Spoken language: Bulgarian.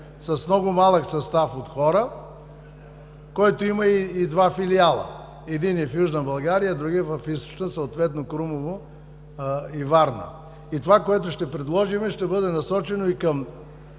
с много малък състав от хора, който има и два филиала – единият в Южна България, другият в Източна, съответно Крумово и Варна. Това, което ще предложим, ще бъде насочено и към